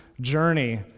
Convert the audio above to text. journey